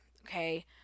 okay